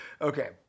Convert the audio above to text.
Okay